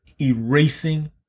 Erasing